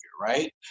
right